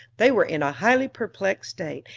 they were in a highly perplexed state,